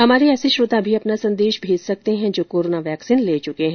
हमारे ऐसे श्रोता भी अपना संदेश भेज सकते हैं जो कोरोना वैक्सीन ले चुके हैं